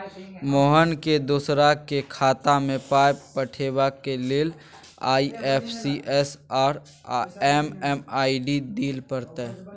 मोहनकेँ दोसराक खातामे पाय पठेबाक लेल आई.एफ.एस.सी आ एम.एम.आई.डी दिअ पड़तै